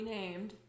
named